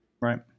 right